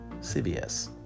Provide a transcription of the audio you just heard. CBS